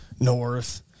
north